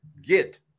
Get